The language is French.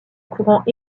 courant